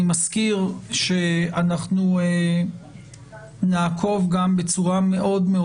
אני מזכיר שאנחנו נעקוב גם בצורה מאוד מאוד